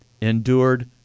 endured